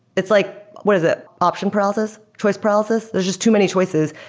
it's like what is it? option process? twist process? there's just too many choices.